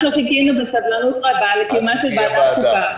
אנחנו חיכינו בסבלנות רבה לקיומה של ועדת חוקה.